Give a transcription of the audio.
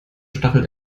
stachelt